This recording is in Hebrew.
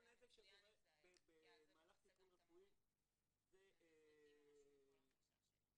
נזק שקורה במהלך טיפול רפואי זה לדעתי -- אני